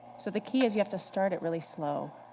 so the key is you have to start it really slow.